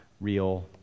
real